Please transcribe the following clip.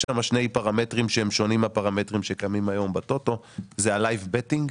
שם שני פרמטרים שהם שונים מהפרמטרים שקמים היום ב-טוטו וזה ה-לייב בטינג,